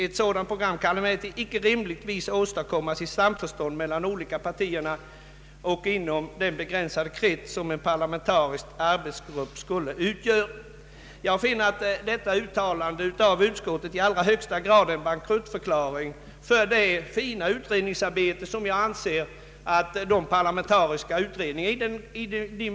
Ett sådant program kan emellertid inte rimligen åstadkommas i samförstånd mellan de olika partierna och inom den begränsade krets som ”en parlamentarisk arbetsgrupp” skulle utgöra.” Jag finner att detta uttalande av utskottet i allra högsta grad är en bankruttförklaring av det enligt min uppfattning fina utredningsarbete som parlamentariska utredningar utför.